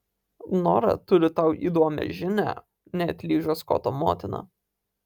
nora turi tau įdomią žinią neatlyžo skoto motina